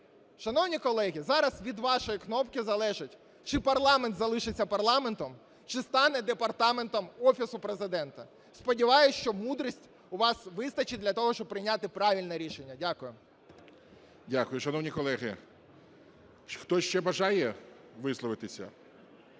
Шановні колеги, зараз від вашої кнопки залежить, чи парламент залишиться парламентом чи стане департаментом Офісу Президента. Сподіваюсь, що мудрості у вас вистачить для того, щоб прийняти правильне рішення. ГОЛОВУЮЧИЙ. Дякую. Шановні колеги, хтось ще бажає висловитися?